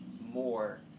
more